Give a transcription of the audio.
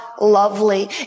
lovely